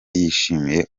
yishimiye